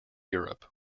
europe